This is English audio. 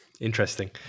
Interesting